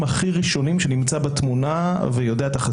אדוני היושב-ראש,